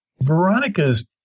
Veronica's